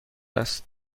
است